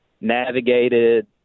navigated